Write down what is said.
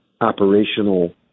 operational